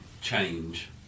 change